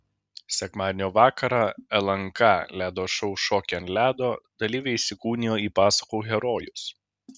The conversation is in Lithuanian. sekmadienio vakarą lnk ledo šou šokiai ant ledo dalyviai įsikūnijo į pasakų herojus